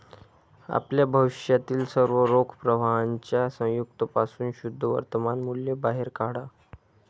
आपल्या भविष्यातील सर्व रोख प्रवाहांच्या संयुक्त पासून शुद्ध वर्तमान मूल्य बाहेर काढा